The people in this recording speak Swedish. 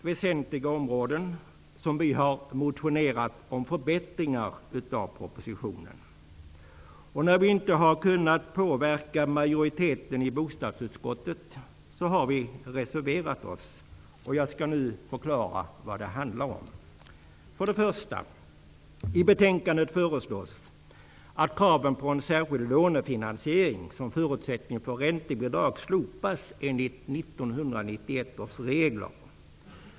Vi har motionerat om förbättringar av propositionen på fyra väsentliga områden. När vi inte har kunnat påverka majoriteten i bostadsutskottet har vi reserverat oss. Jag skall nu förklara vad det handlar om. I betänkandet föreslås att kraven på en särskild lånefinansiering som förutsättning för räntebidrag slopas enligt 1991 års regler.